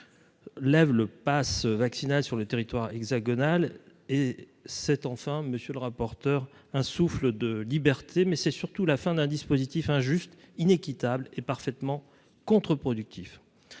lève le passe vaccinal sur le territoire hexagonal et c'est enfin monsieur le rapporteur, un souffle de liberté mais c'est surtout la fin d'un dispositif injuste, inéquitable et parfaitement contreproductif